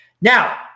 Now